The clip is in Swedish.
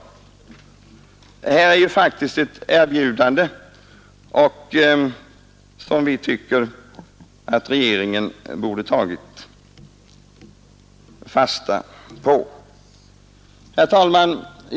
Detta är ju faktiskt ett erbjudande som vi tycker att regeringen borde tagit fasta på. Herr talman!